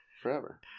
forever